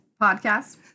Podcast